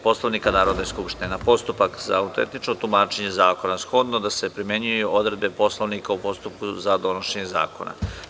Poslovnika Narodne skupštine, na postupak za autentično tumačenje zakona shodno da se primenjuju odredbe Poslovnika u postupku za donošenje zakona.